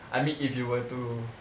I mean if you were to